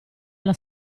alla